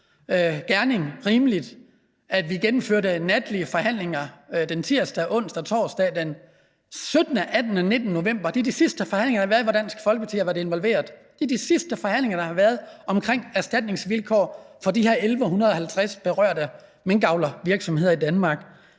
gerning rimeligt, at vi gennemførte natlige forhandlinger tirsdag den 17., onsdag den 18. og torsdag den 19. november? Det er de sidste forhandlinger, der har været, hvor Dansk Folkeparti har været involveret. Det er de sidste forhandlinger, der har været om erstatningsvilkår for de her 1.150 berørte minkavlervirksomheder i Danmark.